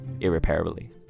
irreparably